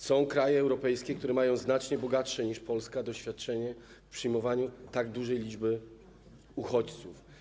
Są kraje europejskie, które mają znacznie bogatsze niż Polska doświadczenie w przyjmowaniu tak dużej liczby uchodźców.